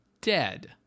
dead